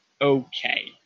okay